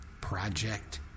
Project